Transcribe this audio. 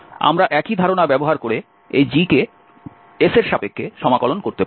আমরা একই ধারণা ব্যবহার করে এই g কে s এর সাপেক্ষে সমাকলন করতে পারি